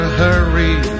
hurry